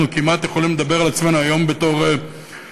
אנחנו כמעט יכולים לדבר על עצמנו היום בתור עוטף-עזה,